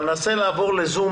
ננסה לעבור ל-זום,